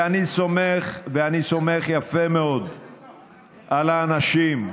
ואני סומך יפה מאוד על האנשים,